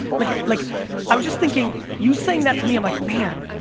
like like i was just thinking, you saying that to me, i'm like, man,